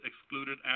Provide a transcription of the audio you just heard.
excluded